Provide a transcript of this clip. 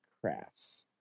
crafts